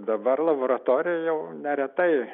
dabar laboratorijoj jau neretai